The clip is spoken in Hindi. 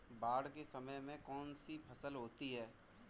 बाढ़ के समय में कौन सी फसल होती है?